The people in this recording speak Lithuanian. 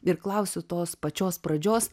ir klausiu tos pačios pradžios